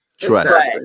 Trust